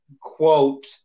quote